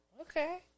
Okay